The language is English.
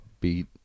beat